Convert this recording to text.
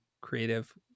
creative